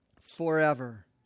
forever